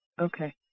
Okay